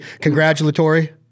congratulatory